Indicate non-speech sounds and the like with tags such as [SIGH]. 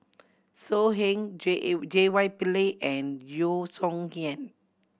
So Heng J [UNINTELLIGIBLE] J Y Pillay and Yeo Song Nian